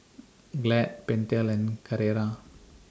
Glad Pentel and Carrera